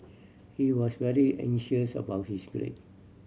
he was very anxious about his grade